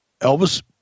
Elvis